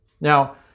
Now